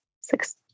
six